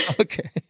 Okay